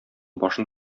башын